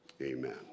Amen